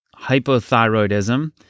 hypothyroidism